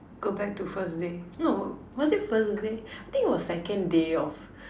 go back to first day no was it first day I think it was second day of